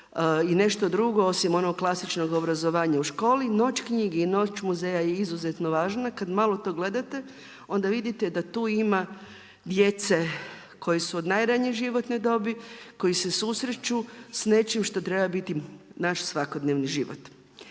i nešto drugo osim onog klasičnog obrazovanja, Noć knjigi i Noć muzeja je izuzetno važna, kad malo to gledate, onda vidite da tu ima djece koja su od najranije životne dobi, koja se susreću s nečim što treba biti naš svakodnevni život.